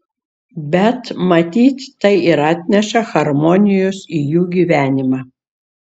bet matyt tai ir atneša harmonijos į jų gyvenimą